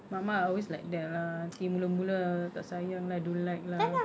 mama always like that lah nanti mula-mula tak sayang lah don't like lah